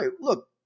look